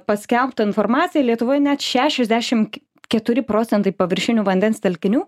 paskelbtą informaciją lietuvoj net šešiasdešim keturi procentai paviršinių vandens telkinių